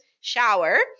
shower